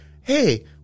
Hey